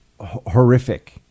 horrific